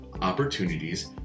opportunities